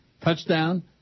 Touchdown